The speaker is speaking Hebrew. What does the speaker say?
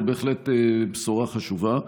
זו בהחלט בשורה חשובה.